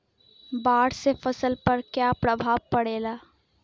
बाढ़ से फसल पर क्या प्रभाव पड़ेला?